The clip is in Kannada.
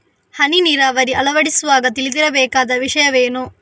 ಹನಿ ನೀರಾವರಿ ಅಳವಡಿಸುವಾಗ ತಿಳಿದಿರಬೇಕಾದ ವಿಷಯವೇನು?